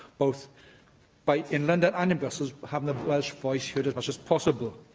both but in london and in brussels, having the welsh voice heard as much as possible.